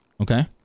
okay